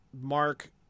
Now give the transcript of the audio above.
Mark